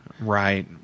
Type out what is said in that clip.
right